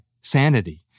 sanity